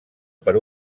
per